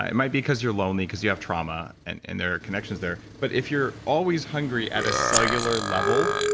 it might be because you're lonely, because you have trauma, and and there are connections there, but if you're always hungry at a cellular level,